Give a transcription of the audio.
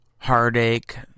heartache